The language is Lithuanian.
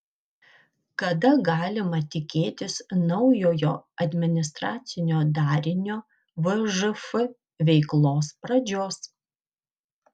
kada galima tikėtis naujojo administracinio darinio vžf veiklos pradžios